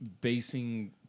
basing